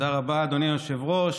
תודה רבה, אדוני היושב-ראש.